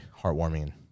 heartwarming